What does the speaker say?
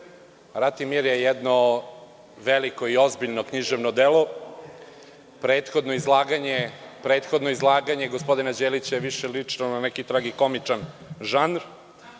„Rat i mir“ je jedno veliko i ozbiljno književno delo. Prethodno izlaganje gospodina Đelića je više ličilo na neki tragikomičan žanr,